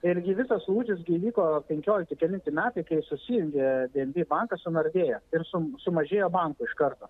tai ir gi visas lūžis gi įvyko penkiolikti kelinti metai kai susijungė di en bi bankas su nordėja ir sum sumažėjo bankų iš karto